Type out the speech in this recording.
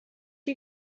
you